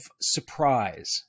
surprise